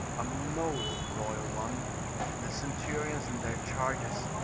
a most royal one the centurions and their charges,